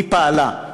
היא פעלה,